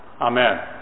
Amen